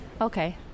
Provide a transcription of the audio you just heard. okay